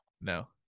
No